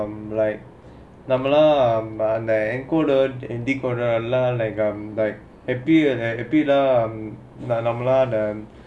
um like நம்மெல்லாம்:nammelaam encoder and decoder lah like எப்படில்லாம்:eppadillaam and like a bit lah the